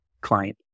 client